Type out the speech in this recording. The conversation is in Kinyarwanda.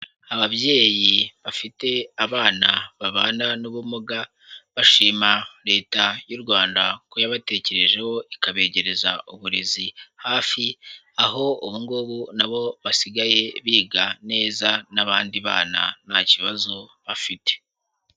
Ababyeyi bafite abana babana n'ubumuga bashima Leta y'u Rwanda ko yabatekerejeho ikabegereza uburezi hafi, aho ubu ngubu na bo basigaye biga neza n'abandi bana nta kibazo bafite.